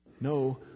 No